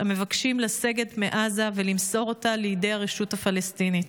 המבקשים לסגת מעזה ולמסור אותה לידי הרשות הפלסטינית.